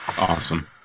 Awesome